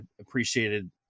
appreciated